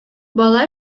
бала